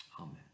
Amen